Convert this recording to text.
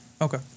Okay